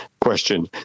Question